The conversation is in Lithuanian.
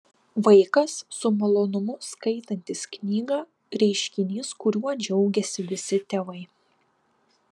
vaikas su malonumu skaitantis knygą reiškinys kuriuo džiaugiasi visi tėvai